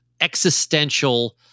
existential